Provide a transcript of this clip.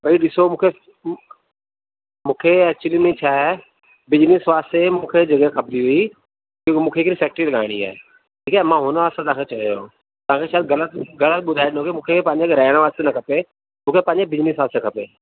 पहिरीं ॾिसो मूंखे मु मूंखे एक्चुली में छा आहे बिजनिस वास्ते मूंखे जॻह खपंदी हुई की मूंखे हिकिड़ी फ़ैक्ट्री लॻाइणी आहे ठीकु आहे मां हुन वास्ते तव्हांखे चयो हो तव्हांखे शाइद ॻलति ॻलति ॿुधायो वियो की मूंखे रहण वास्ते न खपे मूंखे पंहिंजे बिजनिस वास्ते खपे